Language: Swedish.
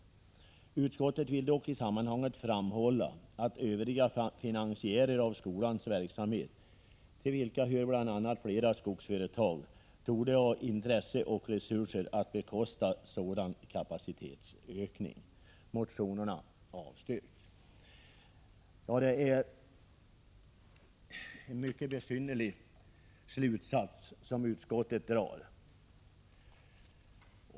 Utskottet vill dock i sammanhanget framhålla att övriga finansiärer av skolans verksamhet — till vilka hör bl.a. flera skogsföretag — torde ha intresse och resurser att bekosta sådan kapacitetsökning. Motionerna avstyrks.” Det är en mycket besynnerlig slutsats som utskottet drar.